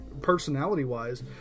personality-wise